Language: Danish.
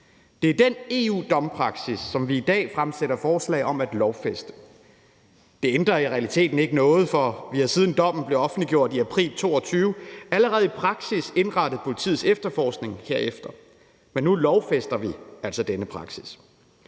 Det er den EU-dompraksis, som vi i dag fremsætter forslag om at lovfæste. Det ændrer i realiteten ikke ved noget, for vi har, siden dommen blev offentliggjort i april 2022, allerede i praksis indrettet politiets efterforskning herefter, men nu lovfæster vi altså denne praksis.